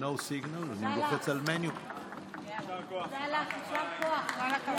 תודה רבה.